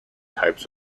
types